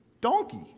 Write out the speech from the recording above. donkey